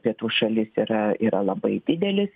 pietų šalis yra yra labai didelis